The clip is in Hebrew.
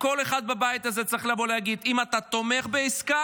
כל אחד בבית הזה צריך לבוא להגיד: אם אתה תומך בעסקה,